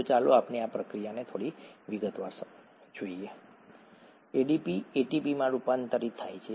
તો ચાલો આપણે આ પ્રક્રિયાને થોડી વિગતવાર જોઈએ એડીપી એટીપીમાં રૂપાંતરિત થાય છે